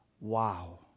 Wow